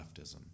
leftism